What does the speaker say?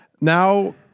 now